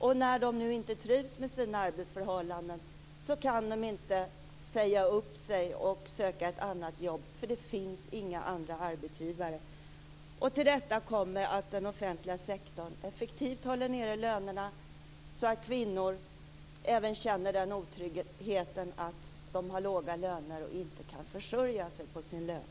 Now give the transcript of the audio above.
Om inte kvinnorna trivs med sina arbetsförhållanden kan de inte säga upp sig och söka ett annat jobb, därför att det inte finns några andra arbetsgivare. Till detta kommer att den offentliga sektorn effektivt håller nere lönerna så att kvinnor känner den otryggheten att de har låga löner och inte kan försörja sig på sin lön.